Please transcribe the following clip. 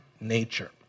nature